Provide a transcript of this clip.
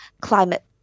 Climate